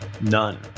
None